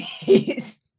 please